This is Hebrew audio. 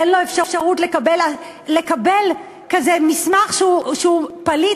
תן לו אפשרות לקבל מסמך שהוא פליט,